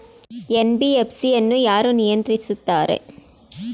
NBFC ಅನ್ನು ಯಾರು ನಿಯಂತ್ರಿಸುತ್ತಾರೆ?